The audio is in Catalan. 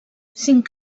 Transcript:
cinc